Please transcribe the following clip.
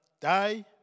die